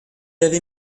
avait